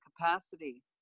capacity